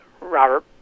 Robert